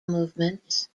movements